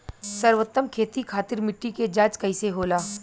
सर्वोत्तम खेती खातिर मिट्टी के जाँच कईसे होला?